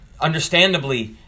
understandably